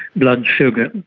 blood sugar.